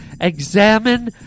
examine